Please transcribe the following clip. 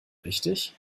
richtig